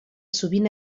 sovint